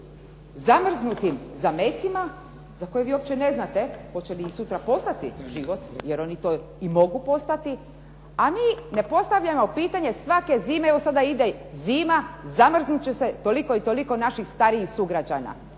zamrznutim zamecima za koje vi uopće ne znate hoće li sutra postati život, jer oni to i mogu postati, a mi ne postavljamo pitanje svake zime, evo sada ide zima, zamrznut će se toliko i toliko naših starijih sugrađana.